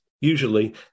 Usually